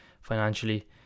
financially